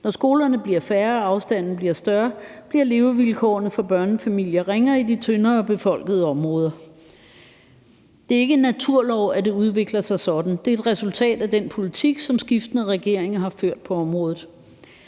Når skolerne bliver færre og afstanden bliver større, bliver levevilkårene for børnefamilier ringere i de tyndere befolkede områder. Det er ikke en naturlov, at det udvikler sig sådan; det er et resultat af den politik, som skiftende regeringer har ført på området.